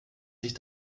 sich